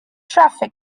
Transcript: traffic